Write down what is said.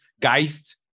geist